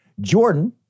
Jordan